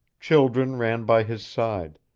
children ran by his side,